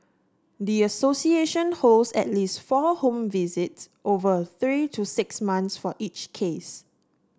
the association holds at least four home visits over three to six months for each case